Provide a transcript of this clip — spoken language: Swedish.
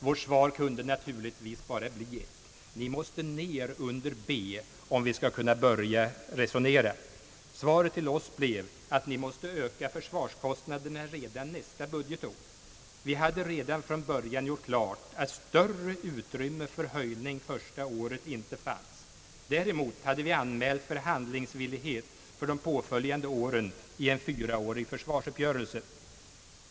Vårt svar kunde naturligtvis bara bli: Ni måste ner under B om vi skall kunna börja resonera. Svaret till oss blev att vi måste öka försvarskostnaderna redan nästa budgetår. Vi hade redan från början gjort klart att det inte fanns större utrymme för höjning första året. Däremot hade vi anmält förhandlingsvillighet för de påföljande åren i en fyraårig försvarsuppgörelse.